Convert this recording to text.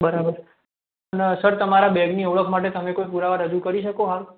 બરાબર અને સર તમારા બેગની ઓળખ માટે તમે કોઈ પુરાવા રજૂ કરી શકો